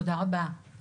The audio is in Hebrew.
תודה רבה.